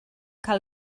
cael